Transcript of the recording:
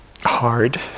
hard